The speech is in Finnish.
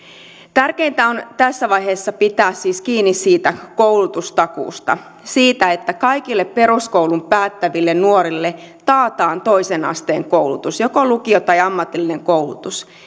tärkeintä tässä vaiheessa on pitää kiinni koulutustakuusta siitä että kaikille peruskoulun päättäville nuorille taataan toisen asteen koulutus joko lukio tai ammatillinen koulutus